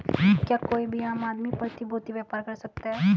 क्या कोई भी आम आदमी प्रतिभूती व्यापार कर सकता है?